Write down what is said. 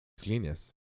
Genius